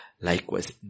likewise